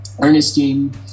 Ernestine